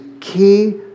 key